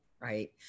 right